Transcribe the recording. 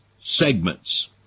segments